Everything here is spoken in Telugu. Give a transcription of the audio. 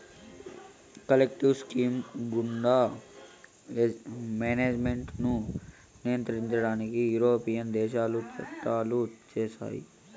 కలెక్టివ్ స్కీమ్ గుండా మేనేజ్మెంట్ ను నియంత్రించడానికి యూరోపియన్ దేశాలు చట్టాలు చేశాయి